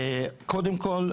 קודם כל,